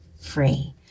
free